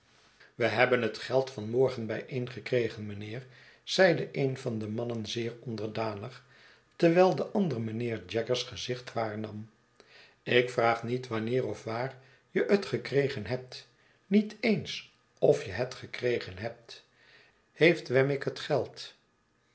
we tiebben het geld van morgen bijeengekregen mijnheer zeide een van de mannen zeer onderdanig terwijl de ander mijnheer jaggers gezicht waarnam ik vraag niet wanneer of waar je het gekregen hebt niet eens of je het gekregen hebt heeft wemmick het geld